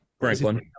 Franklin